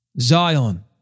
Zion